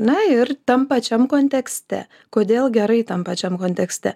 ne ir tam pačiam kontekste kodėl gerai tam pačiam kontekste